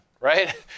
right